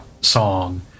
song